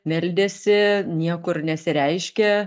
meldėsi niekur nesireiškė